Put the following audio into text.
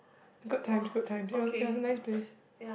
good times good times it was it was a nice place